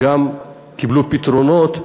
וגם קיבלו פתרונות,